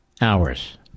hours